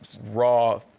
raw